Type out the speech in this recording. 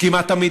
וכמעט תמיד,